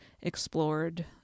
explored